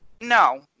no